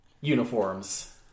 uniforms